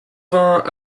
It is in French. vingt